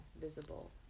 visible